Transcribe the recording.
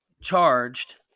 charged